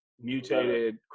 mutated